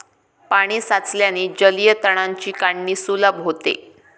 पाणी साचल्याने जलीय तणांची काढणी सुलभ होते